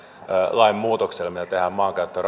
lainmuutokselle mitä tehdään maankäyttö ja